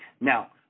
Now